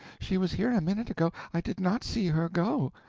she was here a minute ago i did not see her go.